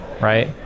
Right